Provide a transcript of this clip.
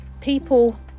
people